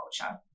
culture